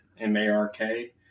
M-A-R-K